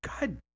god